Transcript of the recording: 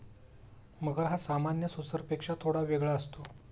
मगर हा सामान्य सुसरपेक्षा थोडा वेगळा असतो